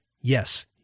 Yes